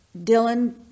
Dylan